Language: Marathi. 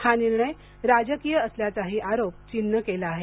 हा निर्णय राजकीय असल्याचाही आरोप चीननं केला आहे